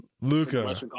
Luca